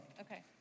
Okay